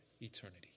eternity